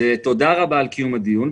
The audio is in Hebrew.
תודה רבה על קיום הדיון.